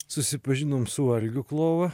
susipažinom su algiu klova